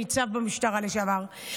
הניצב במשטרה לשעבר,